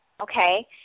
okay